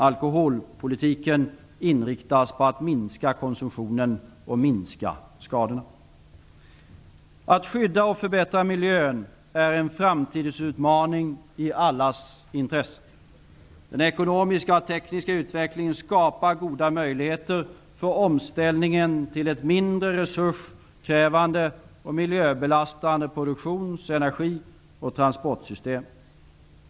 Alkoholpolitiken inriktas på att minska konsumtionen och minska skadorna. Att skydda och förbättra miljön är en framtidsutmaning i allas intresse. Den ekonomiska och tekniska utvecklingen skapar goda möjligheter för omställningen till mindre resurskrävande och miljöbelastande produktions-, energi och transportsystem.